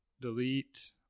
Delete